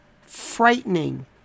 frightening